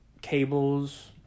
cables